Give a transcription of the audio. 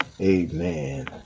Amen